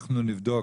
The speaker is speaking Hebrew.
אנחנו נבדוק